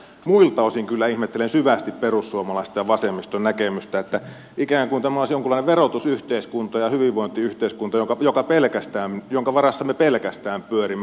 muilta osin kyllä ihmettelen syvästi perussuomalaisten ja vasemmiston näkemystä että ikään kuin tämä olisi jonkinlainen verotusyhteiskunta ja hyvinvointiyhteiskunta jonka varassa pelkästään me pyörimme